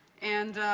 and